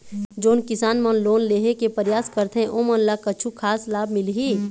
जोन किसान मन लोन लेहे के परयास करथें ओमन ला कछु खास लाभ मिलही?